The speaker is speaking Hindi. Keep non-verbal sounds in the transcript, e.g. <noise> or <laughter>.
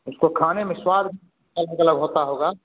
उसको खाने में स्वाद <unintelligible> मतलब होता होगा